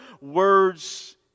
words